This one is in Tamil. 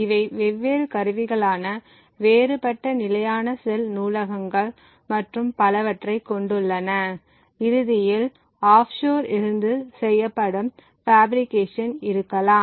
இவை வெவ்வேறு கருவிகளான வேறுபட்ட நிலையான செல் நூலகங்கள் மற்றும் பலவற்றை கொண்டுள்ளன இறுதியில் ஆஃப்ஷோர் இருந்து செய்யப்படும் பாஃபிரிகேஷன் இருக்கலாம்